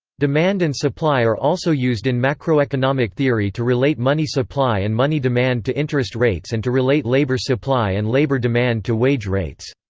demand and supply are also used in macroeconomic theory to relate money supply and money demand to interest rates and to relate labor supply and labor demand to wage rates.